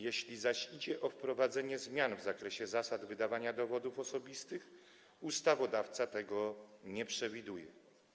Jeśli zaś idzie o wprowadzenie zmian w zakresie zasad wydawania dowodów osobistych, ustawodawca tego nie przewiduje.